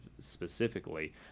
specifically